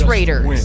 Raiders